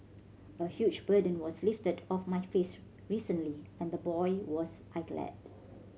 a huge burden was lifted off my face recently and boy was I glad